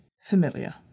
familiar